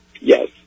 Yes